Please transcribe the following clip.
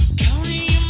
county